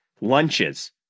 lunches